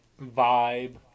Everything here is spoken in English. vibe